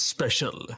Special